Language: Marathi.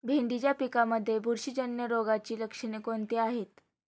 भेंडीच्या पिकांमध्ये बुरशीजन्य रोगाची लक्षणे कोणती आहेत?